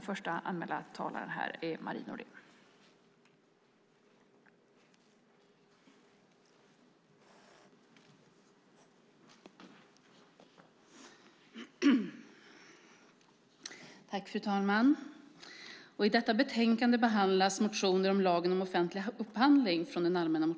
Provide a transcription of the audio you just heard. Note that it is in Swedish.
Fru talman!